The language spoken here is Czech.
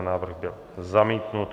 Návrh byl zamítnut.